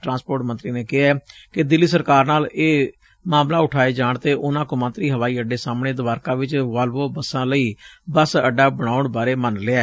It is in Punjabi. ਟਰਾਂਸਪੋਰਟ ਮੰਤਰੀ ਨੇ ਕਿਹੈ ਕਿ ਇਹ ਦਿਲੀ ਸਰਕਾਰ ਨਾਲ ਇਹ ਮਾਮਲਾ ਉਠਾਏ ਜਾਣ ਤੇ ਉਨੂਾਂ ਕੌਮਾਂਤਰੀ ਹਵਾਈ ਅੱਡੇ ਸਾਹਮਣੇ ਦਵਾਰਕਾ ਵਿਚ ਵੋਲਵੋ ਬਸਾ ਲਈ ਬੱਸ ਅੱਡਾ ਬਣਾਉਣ ਬਾਰੇ ਤੇ ਮੰਨ ਲਿਐ